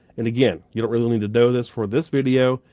and again, you don't really need to know this for this video,